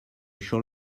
shall